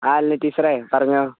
ആ ഇല്ല ടീച്ചറെ പറഞ്ഞോളൂ